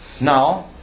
Now